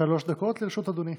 לרשות אדוני.